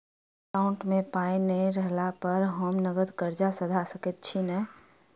हमरा एकाउंट मे पाई नै रहला पर हम नगद कर्जा सधा सकैत छी नै?